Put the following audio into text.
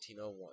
1901